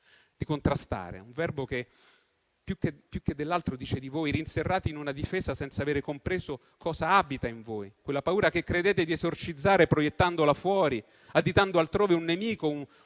di contrastare, un verbo che, più che dell'altro, dice di voi, rinserrati nella difesa, senza aver compreso cosa abita in voi. Quella paura credete di esorcizzarla proiettandola fuori, additando altrove un nemico, un *bouc